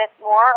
more